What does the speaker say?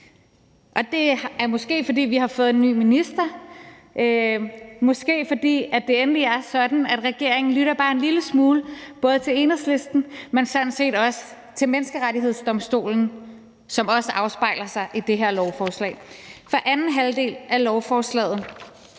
og det er måske, fordi vi har fået en ny minister, måske fordi det endelig er sådan, at regeringen lytter bare en lille smule både til Enhedslisten, men sådan set også til Menneskerettighedsdomstolen, som også afspejler sig i det her lovforslag, for anden halvdel af lovforslaget